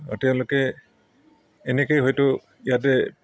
এতিয়ালৈকে এনেকেই হয়তো ইয়াতে